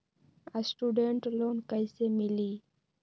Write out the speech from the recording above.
Student loan कैसे मिली?